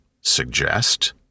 suggest